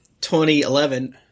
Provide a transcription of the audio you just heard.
2011